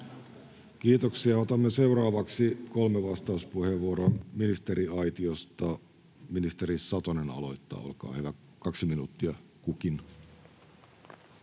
Kiitoksia. — Otamme seuraavaksi kolme vastauspuheenvuoroa ministeriaitiosta. Ministeri Satonen aloittaa, olkaa hyvä. Kaksi minuuttia kukin.